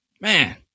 Man